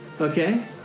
Okay